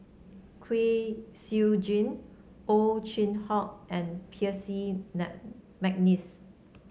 Kwek Siew Jin Ow Chin Hock and Percy McNeice